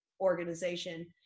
organization